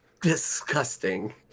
Disgusting